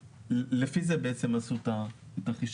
לפי זה בעצם עשו את החישוב.